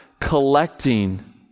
collecting